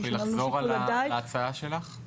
לחזור על ההצעה שלך?